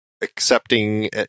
accepting